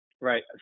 Right